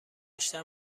بیشتر